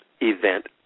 event